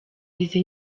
izi